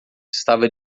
estava